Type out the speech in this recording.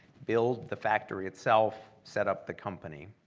build the factory itself, set up the company,